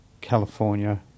California